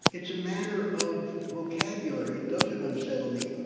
it's a matter of vocabulary, it doesn't unsettle me.